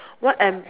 what am